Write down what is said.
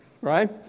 Right